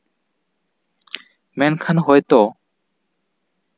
ᱢᱮᱱᱠᱷᱟᱱ ᱦᱚᱭᱛᱚ